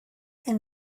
and